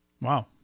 Wow